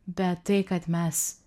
bet tai kad mes